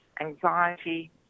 anxiety